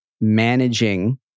managing